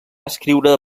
escriure